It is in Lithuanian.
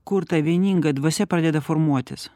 kur ta vieninga dvasia pradeda formuotis